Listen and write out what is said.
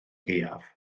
gaeaf